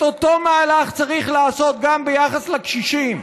את אותו מהלך צריך לעשות גם ביחס לקשישים.